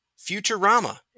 futurama